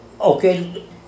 Okay